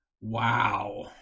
wow